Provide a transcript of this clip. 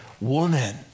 woman